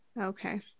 Okay